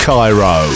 Cairo